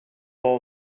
ball